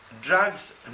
drugs